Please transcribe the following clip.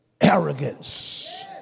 Arrogance